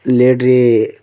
ଲେଟ୍ରେ